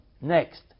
Next